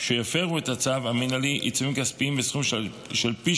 שיפרו את הצו המינהלי עיצומים כספיים בסכום של פי